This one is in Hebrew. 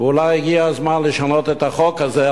אולי הגיע הזמן לשנות את החוק הזה,